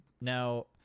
now